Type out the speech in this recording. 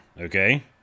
okay